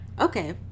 Okay